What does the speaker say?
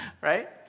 Right